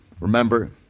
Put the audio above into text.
remember